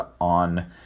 on